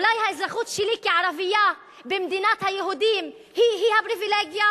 אולי האזרחות שלי כערבייה במדינת היהודים היא-היא הפריווילגיה?